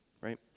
right